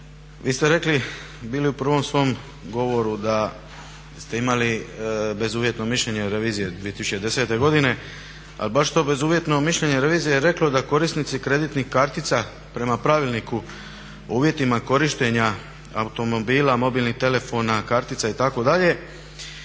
vi ste rekli bili u prvom svom govoru da ste imali bezuvjetno mišljenje revizije 2010.godine a baš to bezuvjetno mišljenje revizije je reklo da korisnici kreditnih kartica prema pravilniku o uvjetima korištenja automobila, mobilnih telefona, kartica itd.